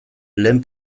lehen